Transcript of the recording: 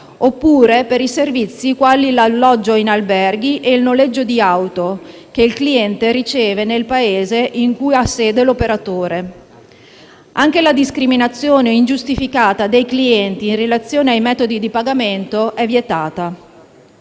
oppure per i servizi quali l'alloggio in alberghi e il noleggio auto, che il cliente riceve nel Paese in cui ha sede l'operatore. Anche la discriminazione ingiustificata dei clienti in relazione ai metodi di pagamento è vietata.